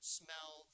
smell